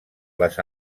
les